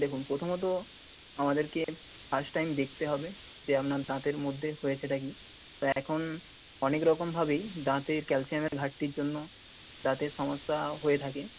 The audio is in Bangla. দেখুন প্রথমত আমাদেরকে ফার্স্ট টাইম দেখতে হবে যে আপনার দাঁতের মধ্যে হয়েছেটা কী তো এখন অনেক রকম ভাবেই দাঁতের ক্যালসিয়ামের ঘাটতির জন্য দাঁতের সমস্যা হয়ে থাকে